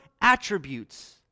attributes